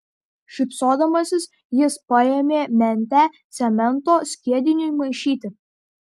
šypsodamasis jis paėmė mentę cemento skiediniui maišyti